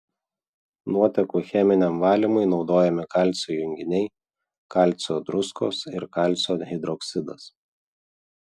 nuotekų cheminiam valymui naudojami kalcio junginiai kalcio druskos ir kalcio hidroksidas